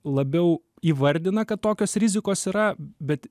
labiau įvardina kad tokios rizikos yra bet